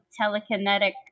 telekinetic